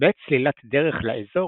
בעת סלילת דרך לאזור